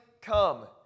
come